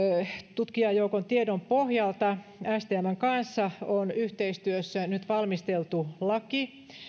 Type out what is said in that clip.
tutkijajoukon tiedon pohjalta stmn kanssa on yhteistyössä nyt valmisteltu laki